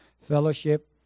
fellowship